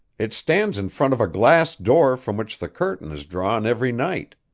it stands in front of a glass door from which the curtain is drawn every night.